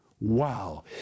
wow